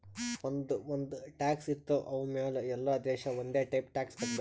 ಒಂದ್ ಒಂದ್ ಟ್ಯಾಕ್ಸ್ ಇರ್ತಾವ್ ಅವು ಮ್ಯಾಲ ಎಲ್ಲಾ ದೇಶ ಒಂದೆ ಟೈಪ್ ಟ್ಯಾಕ್ಸ್ ಕಟ್ಟಬೇಕ್